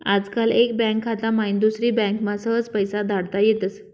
आजकाल एक बँक खाता माईन दुसरी बँकमा सहज पैसा धाडता येतस